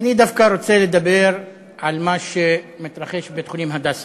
אני דווקא רוצה לדבר על מה שמתרחש בבית-חולים "הדסה".